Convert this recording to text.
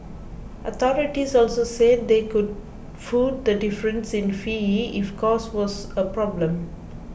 authorities also said they could foot the difference in fees if cost was a problem